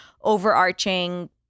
overarching